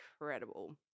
incredible